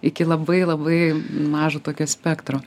iki labai labai mažo tokio spektro